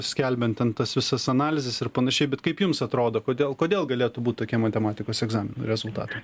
skelbiant ten tas visas analizes ir panašiai bet kaip jums atrodo kodėl kodėl galėtų būt tokie matematikos egzamino rezultatai